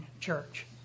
church